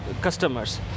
customers